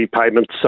payments